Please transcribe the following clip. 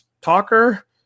talker